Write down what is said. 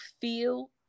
feel